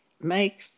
make